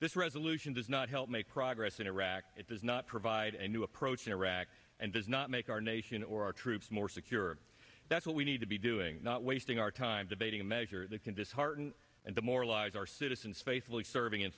this resolution does not help make progress in iraq it does not provide a new approach in iraq and does not make our nation or our troops more secure that's what we need to be doing not wasting our time debating a measure that can disheartened and demoralize our citizens faithfully serving in